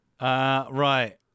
Right